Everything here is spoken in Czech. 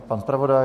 Pan zpravodaj?